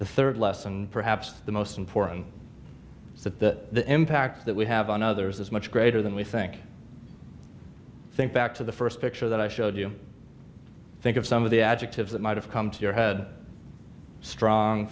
the third lesson perhaps the most important step that the impact that we have on others is much greater than we think think back to the first picture that i showed you think of some of the adjectives that might have come to your head strong